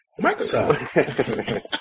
Microsoft